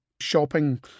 shopping